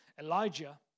Elijah